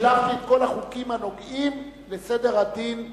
שילבתי את כל החוקים הנוגעים לסדר הדין הפלילי,